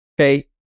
okay